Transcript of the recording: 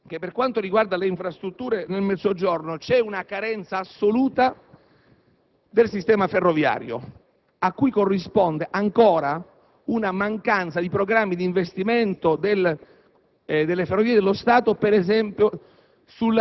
Per quanto riguarda le infrastrutture nel Mezzogiorno, c'è una carenza assoluta del sistema ferroviario, a cui corrisponde ancora una mancanza di programmi d'investimento delle Ferrovie dello Stato sulla